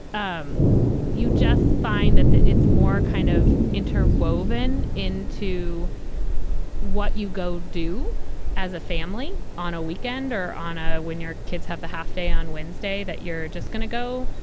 um you just find that that it's more kind of inter woven in to what you go do as a family on a weekend or on a when your kids have the half day on wednesday that you're just gonna go,